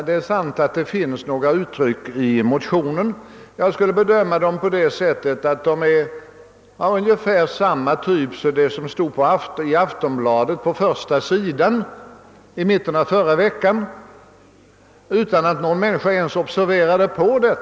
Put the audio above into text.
Det är sant att det finns några uttryck i vår motion som jag skulle kunna bedöma på det sättet att de är ungefär av samma typ som det som stod i Aftonbladet på första sidan i mitten av förra veckan — utan att någon människa ens observerade det.